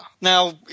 Now